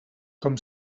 com